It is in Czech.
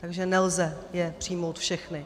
Takže nelze je přijmout všechny.